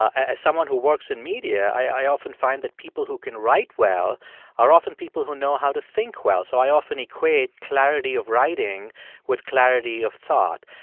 as someone who works in media, i often find that people who can write well are often people who know how to think well, so i often equate clarity of writing with clarity of thought.